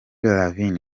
lavigne